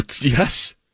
Yes